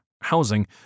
housing